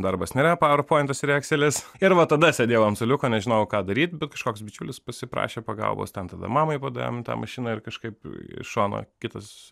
darbas nėra paver pointas ir ekselis ir va tada sėdėjau ant suoliuko nežinojau ką daryti bet kažkoks bičiulis pasiprašė pagalbos ten tada mamai padėjom tą mašiną ir kažkaip į šoną kitas